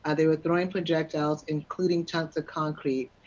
ah they were throwing projectiles including chunks of concrete.